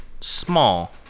small